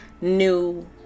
new